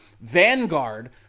vanguard